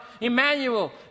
Emmanuel